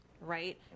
right